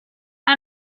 how